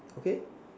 okay